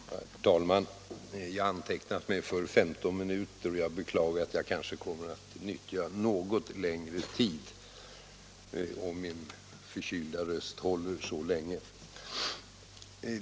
Herr talman! Jag har antecknat mig för 15 minuter, och jag beklagar att jag kanske kommer att nyttja något längre tid — om min förkylda röst håller så länge.